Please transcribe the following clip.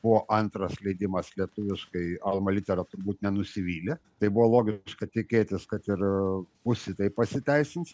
buvo antras leidimas lietuviškai alma litera turbūt nenusivylė tai buvo logiška tikėtis kad ir husitai pasiteisins